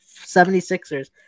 76ers